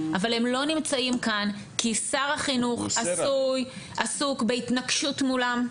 אבל הם לא נמצאים כאן כי שר החינוך עסוק בהתנגשות מולם,